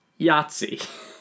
Yahtzee